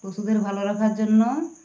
পশুদের ভালো রাখার জন্য